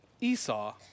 Esau